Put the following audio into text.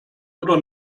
oder